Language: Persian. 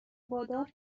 وادار